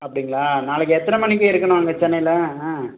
அப்படிங்களா நாளைக்கு எத்தனை மணிக்கு இருக்கணும் அங்கே சென்னையில் ஆ